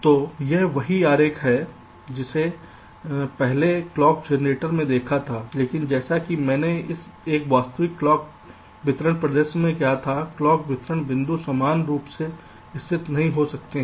तो यह वही आरेख है जिसे हमने पहले क्लॉक जनरेटर में देखा था लेकिन जैसा कि मैंने एक वास्तविक क्लॉक वितरण परिदृश्य में कहा था क्लॉक वितरण बिंदु समान रूप से स्थित नहीं हो सकते हैं